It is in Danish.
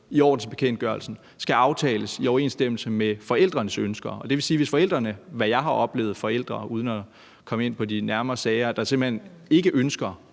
i ordensbekendtgørelsen skal aftales i overensstemmelse med forældrenes ønsker. Det vil sige, at hvis der er forældre, der – som jeg har oplevet med nogle forældre, uden at jeg skal komme ind på de nærmere sager – simpelt hen ikke ønsker